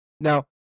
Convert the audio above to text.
Now